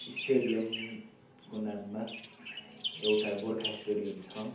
स्टेडियमको नाममा एउटा गोर्खा स्टेडियम छ